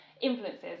influences